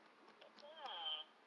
tak apa ah